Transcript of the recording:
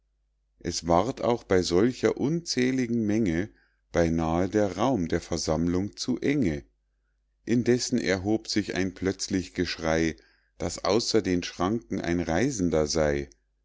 es ward auch bei solcher unzähligen menge beinahe der raum der versammlung zu enge indessen erhob sich ein plötzlich geschrei daß außer den schranken ein reisender sey